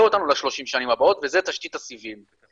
אותנו ל-30 השנים הבאות וזה תשתית הסיבים.